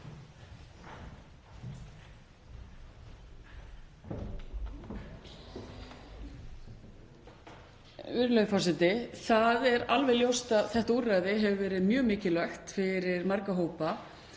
Það er alveg ljóst að þetta úrræði hefur verið mjög mikilvægt fyrir marga hópa.